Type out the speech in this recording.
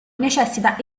necessita